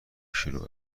شروع